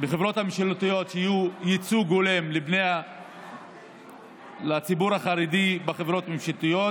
הממשלתיות שיהיה ייצוג הולם לציבור החרדי בחברות הממשלתיות,